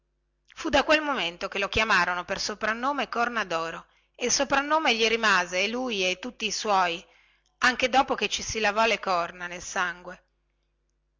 fu da quel momento che lo chiamarono per soprannome corna doro e il soprannome gli rimase a lui e tutti i suoi anche dopo che ei si lavò le corna nel sangue